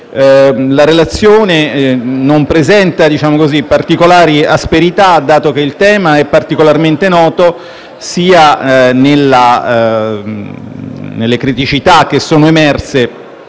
La relazione non presenta particolari asperità, dato che il tema è molto noto sia nelle criticità che sono emerse